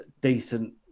decent